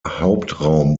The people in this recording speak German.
hauptraum